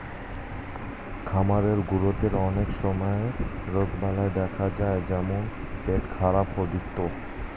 খামারের গরুদের অনেক সময় রোগবালাই দেখা যায় যেমন পেটখারাপ ইত্যাদি